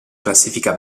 classifica